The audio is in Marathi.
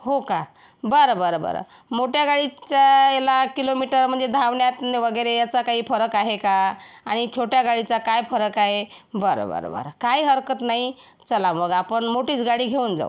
हो का बरं बरं बरं मोठ्या गाडीच्या याला किलोमीटर म्हणजे धावण्यात वगैरे याचा काही फरक आहे का आणि छोट्या गाडीचा काय फरक आहे बरं बरं बरं काही हरकत नाही चला मग आपण मोठीच गाडी घेऊन जाऊ